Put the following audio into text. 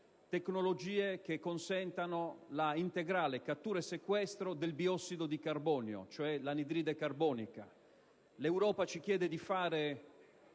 tecnologie che consentano l'integrale cattura e sequestro del biossido di carbonio, l'anidride carbonica. L'Europa ci chiede di fare